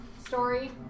story